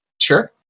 sure